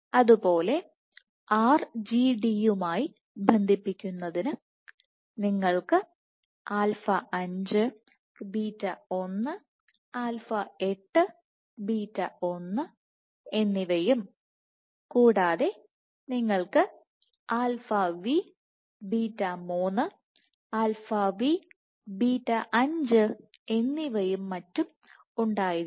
അതുപോലെ RGD യുമായി ബന്ധിപ്പിക്കുന്നതിന് നിങ്ങൾക്ക് ആൽഫ 5 𝝰 5 ബീറ്റ 1β 1 ആൽഫ 8 𝝰 8 ബീറ്റ 1 β 1എന്നിവയും കൂടാതെ നിങ്ങൾക്ക് alpha V 𝝰 v beta 3β 3 alpha V 𝝰 v beta 5 β 5എന്നിവയും മറ്റും ഉണ്ടായിരിക്കാം